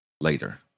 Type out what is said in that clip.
later